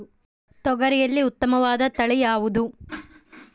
ತೊಗರಿಯಲ್ಲಿ ಉತ್ತಮವಾದ ತಳಿ ಯಾವುದು?